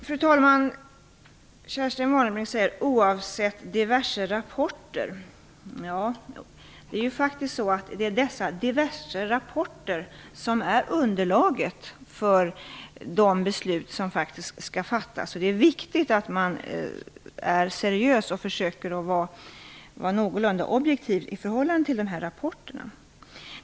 Fru talman! Kerstin Warnerbring talar om diverse rapporter. Det är faktiskt så att det är dessa diverse rapporter som är underlaget för de beslut som skall fattas. Det är viktigt att man är seriös och försöker att vara någorlunda objektiv i förhållande till rapporterna.